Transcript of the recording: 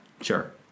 Sure